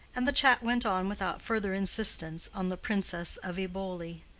and the chat went on without further insistence on the princess of eboli.